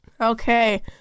Okay